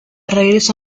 regreso